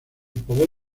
poder